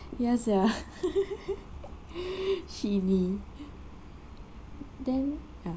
ya sia shinee then ya